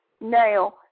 Now